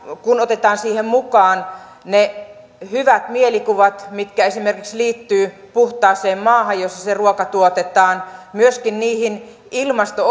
kun otetaan siihen mukaan ne hyvät mielikuvat mitkä esimerkiksi liittyvät puhtaaseen maahan jossa se se ruoka tuotetaan myöskin niihin ilmasto